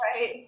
Right